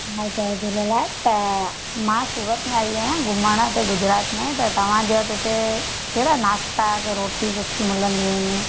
हा साईं जय झूलेलाल त मां सूरत मां आई आहियां घुमणु हिते गुजरात में त तव्हांजे वटि हिते कहिड़ा नाश्ता के रोटियूं सुठियूं मिलंदियूं आहिनि